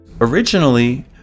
Originally